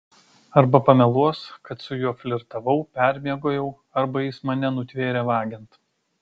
arba pameluos kad su juo flirtavau permiegojau arba jis mane nutvėrė vagiant